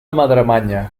madremanya